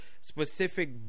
specific